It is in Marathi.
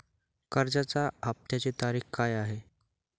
कर्जाचा हफ्त्याची तारीख काय आहे?